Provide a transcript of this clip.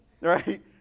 right